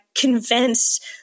convinced